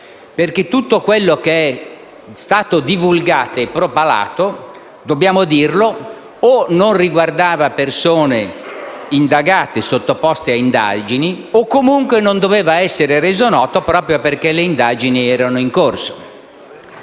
tutto quello che è stato divulgato e propalato, dobbiamo dirlo, o non riguardava persone indagate, sottoposte ad indagini, o comunque non doveva essere reso noto proprio perché le indagini erano in corso.